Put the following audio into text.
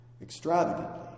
extravagantly